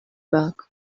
back